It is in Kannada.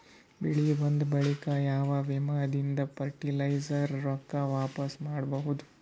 ಬೆಳಿ ಬಂದ ಬಳಿಕ ಯಾವ ವಿಮಾ ದಿಂದ ಫರಟಿಲೈಜರ ರೊಕ್ಕ ವಾಪಸ್ ಪಡಿಬಹುದು?